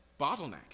bottleneck